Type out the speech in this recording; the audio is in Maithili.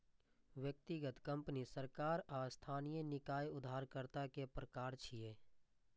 व्यक्तिगत, कंपनी, सरकार आ स्थानीय निकाय उधारकर्ता के प्रकार छियै